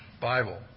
Bible